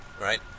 right